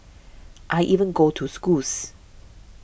I even go to schools